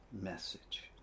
message